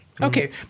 Okay